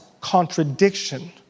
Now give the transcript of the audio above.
contradiction